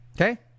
Okay